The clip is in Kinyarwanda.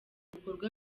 ibikorwa